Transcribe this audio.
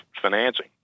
financing